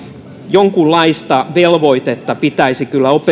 jonkunlaista velvoitetta pitäisi kyllä